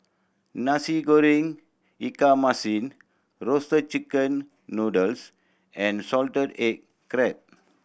Nasi Goreng ikan masin roasted chicken noodles and salted egg crab